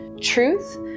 truth